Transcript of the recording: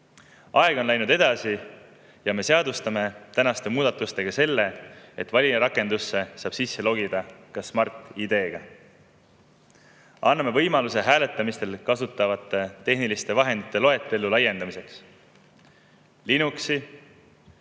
Aeg on läinud edasi ja me seadustame tänaste muudatustega selle, et valijarakendusse saab sisse logida ka Smart‑ID‑ga. Anname võimaluse hääletamistel kasutatavate tehniliste vahendite loetelu laiendamiseks: Linuxi,